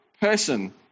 person